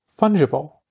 Fungible